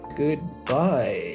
Goodbye